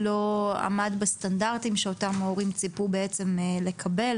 עמד באותם הסטנדרטים שאותם ההורים ציפו בעצם לקבל